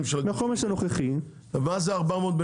שהוא מדבר עליהם?